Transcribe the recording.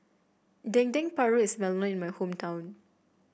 Dendeng Paru is well known in my hometown